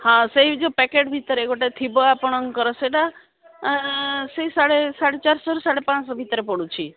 ହଁ ସେଇ ଯେଉଁ ପ୍ୟାକେଟ୍ ଭିତରେ ଗୋଟେ ଥିବ ଆପଣଙ୍କର ସେଇଟା ସେଇ ସା ସାଢ଼େ ଚାରିଶହରୁ ସାଢ଼େ ପାଞ୍ଚଶହ ଭିତରେ ପଡ଼ୁଛି